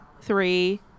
three